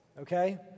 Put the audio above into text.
Okay